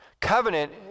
Covenant